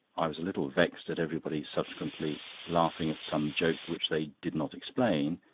i was a little vexed at everybody subsequently laughing at some joke which they did not explain,